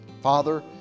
Father